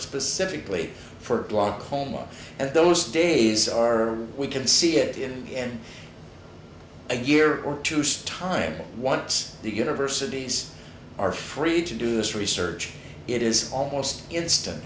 specifically for glaucoma and those days are we can see it in a gear or touche time once the universities are free to do this research it is almost instant